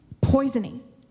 poisoning